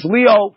Leo